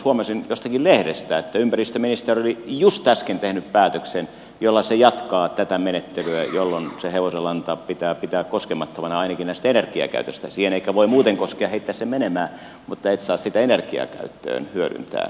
huomasin jostakin lehdestä että ympäristöministeriö oli just äsken tehnyt päätöksen jolla se jatkaa tätä menettelyä jolloin se hevosenlanta pitää pitää koskemattomana ainakin tästä energiakäytöstä siihen ehkä voi muuten koskea heittää sen menemään mutta et saa sitä energiakäyttöön hyödyntää edelleenkään